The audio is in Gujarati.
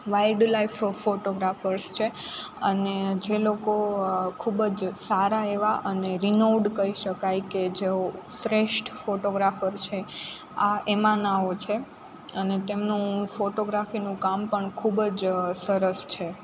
વાઇલ્ડ લાઈફ ફોટોગ્રાફર્સ છે અને જે લોકો ખૂબ જ સારા એવા અને રીનોવડ કહી શકાય કે જેઓ શ્રેષ્ઠ ફોટોગ્રાફર છે આ એમાંનાઓ છે અને તેમનું ફોટોગ્રાફીનું કામ પણ ખૂબજ સરસ છે